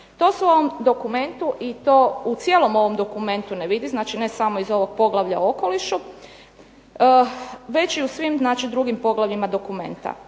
To se u ovom dokumentu i to u cijelom ovom dokumentu ne vidi. Znači, ne samo iz ovog poglavlja o okolišu već i u svim znači drugim poglavljima dokumenta.